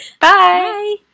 Bye